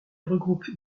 regroupe